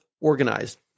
organized